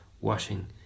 washing